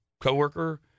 coworker